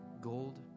gold